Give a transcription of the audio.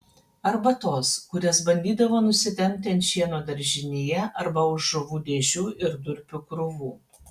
arba tos kurias bandydavo nusitempti ant šieno daržinėje arba už žuvų dėžių ir durpių krūvų